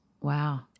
Wow